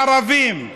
ערבים.